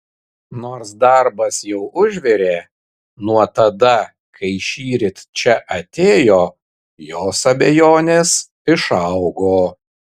nors darbas jau užvirė nuo tada kai šįryt čia atėjo jos abejonės išaugo